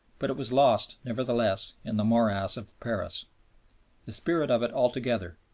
but it was lost, nevertheless, in the morass of paris the spirit of it altogether,